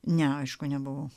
ne aišku nebuvau